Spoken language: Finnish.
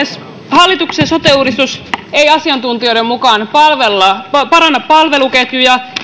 hallituksen sote uudistus ei asiantuntijoiden mukaan paranna palveluketjuja